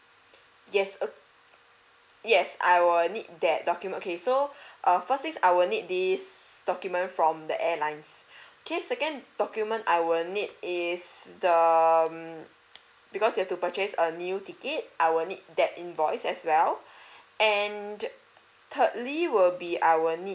yes ok~ yes I will need that document okay so err first is I will need this document from the airlines okay second document I will need is the um because you have to purchase a meal ticket I will need that invoice as well and thirdly will be I will need